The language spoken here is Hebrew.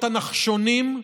להיות הנחשונים,